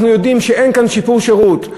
אנחנו יודעים שאין כאן שיפור שירות.